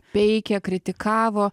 peikė kritikavo